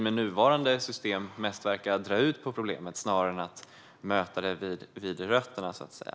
Med nuvarande system verkar vi ju mest dra ut på problemet snarare än att möta det vid rötterna.